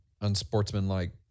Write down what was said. unsportsmanlike